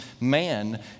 man